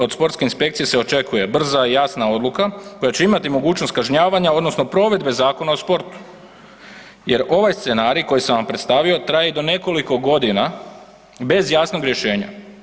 Od sportske inspekcije se očekuje brza i jasna odluka koja će imati mogućnost kažnjavanja odnosno provedbe Zakona o sportu jer ovaj scenarij koji sam vam predstavio traje i do nekoliko godina bez jasnog rješenja.